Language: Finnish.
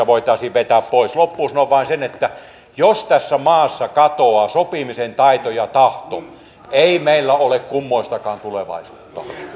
voitaisiin vetää pois loppuun sanon vain sen että jos tässä maassa katoaa sopimisen taito ja tahto ei meillä ole kummoistakaan tulevaisuutta